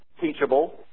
teachable